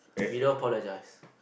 we don't apologise